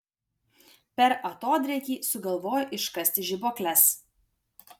per atodrėkį sugalvojo iškasti žibuokles